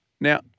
Now